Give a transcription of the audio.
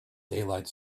daylight